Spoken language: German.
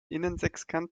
innensechskant